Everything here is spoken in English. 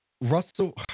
Russell –